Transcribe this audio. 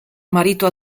marito